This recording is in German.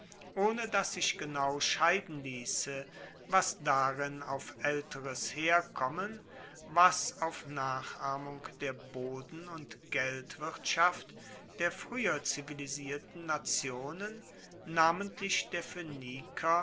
ohne dass sich genau scheiden liesse was darin auf aelteres herkommen was auf nachahmung der boden und geldwirtschaft der frueher zivilisierten nationen namentlich der